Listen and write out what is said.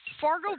Fargo